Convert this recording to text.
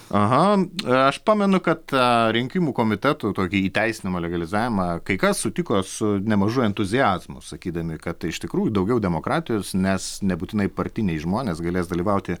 aha aš pamenu kad tą rinkimų komitetų tokį įteisinimą legalizavimą kai kas sutiko su nemažu entuziazmu sakydami kad iš tikrųjų daugiau demokratijos nes nebūtinai partiniai žmonės galės dalyvauti